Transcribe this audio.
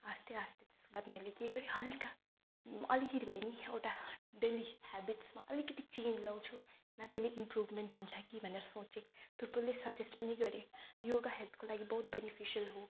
आस्ते आस्ते त्यसको बाद मैले के गरेँ हलका म अलिकति भए पनि एउटा डेली हेबिट्समा अलिकिति चेन्ज ल्याउँछु न त्यसले इम्प्रुभमेन्ट हुन्छ कि भनेर सोचेँ थुप्रोले सजेस्ट पनि गरे योगा हेल्थको लागि बहुत बेनिफिसियल हो